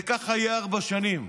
וככה יהיה ארבע שנים.